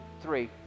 three